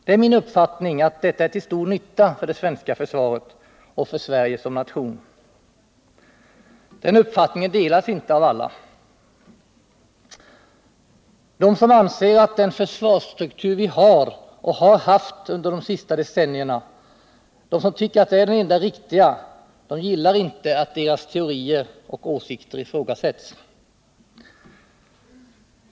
Det är min uppfattning att detta är till stor nytta för det svenska försvaret och för Sverige som nation. Den uppfattningen delas emellertid inte av alla. De som anser att den försvarsstruktur vi har och har haft under de senaste decennierna är den enda riktiga gillar inte att deras teorier och åsikter ifrågasätts.